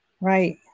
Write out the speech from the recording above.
right